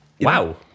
Wow